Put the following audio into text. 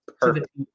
perfect